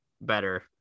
better